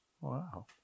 Wow